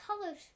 colors